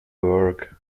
work